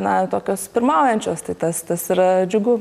na tokios pirmaujančios tai tas tas yra džiugu